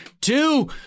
two